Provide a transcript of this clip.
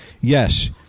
Yes